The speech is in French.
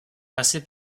passée